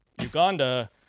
Uganda